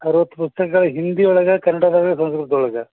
ಅವರು ಪುಸ್ತಕಗಳ ಹಿಂದಿಯೊಳಗೆ ಕನ್ನಡದಾಗ ಸಂಸ್ಕೃತದೊಳಗೆ